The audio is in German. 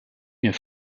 mir